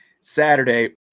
Saturday